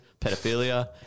pedophilia